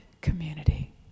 community